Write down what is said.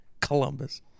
Columbus